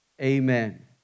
amen